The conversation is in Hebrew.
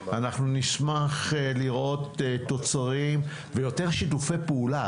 אנחנו נשמח לראות תוצרים ויותר שיתופי פעולה.